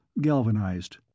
galvanized